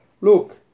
look